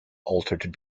altered